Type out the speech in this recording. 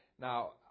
Now